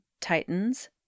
Titans